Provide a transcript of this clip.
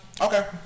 Okay